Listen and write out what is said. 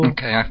Okay